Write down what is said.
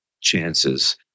chances